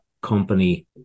company